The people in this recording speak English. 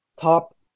top